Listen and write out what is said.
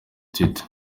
twitter